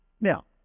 Now